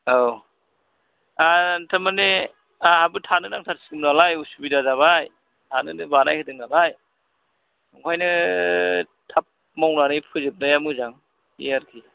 औ आं टार्मानि आंहाबो थानो नांथारसिगौमोन नालाय उसुबिदा जाबाय थानोनो बानायहोदों नालाय नंखायनो थाब मावनानै फोजोबनाया मोजां बे आरोखि